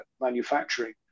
manufacturing